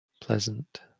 pleasant